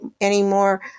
anymore